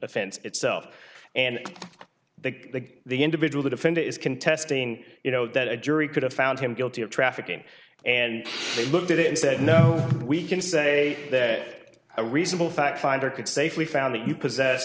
offense itself and the the individual the defendant is contesting you know that a jury could have found him guilty of trafficking and they looked at it and said no we can say that a reasonable fact finder could safely found that you possess